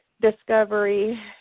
discovery